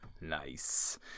Nice